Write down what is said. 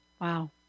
Wow